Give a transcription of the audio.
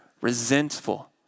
resentful